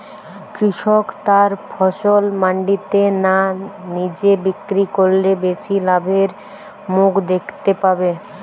কৃষক তার ফসল মান্ডিতে না নিজে বিক্রি করলে বেশি লাভের মুখ দেখতে পাবে?